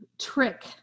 trick